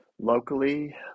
locally